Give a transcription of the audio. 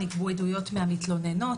נגבו עדויות מהמתלוננות.